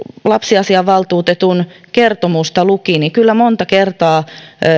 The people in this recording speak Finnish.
lapsiasiainvaltuutetun kertomusta luki niin kyllä monta kertaa